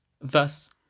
Thus